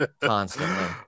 constantly